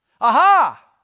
Aha